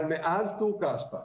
אבל מאז טור-כספא,